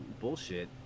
bullshit